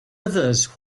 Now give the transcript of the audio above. others